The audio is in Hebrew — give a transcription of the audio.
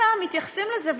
אלא מתייחסים לזה,